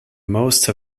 most